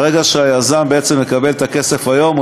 ברגע שהיזם בעצם מקבל את הכסף היום,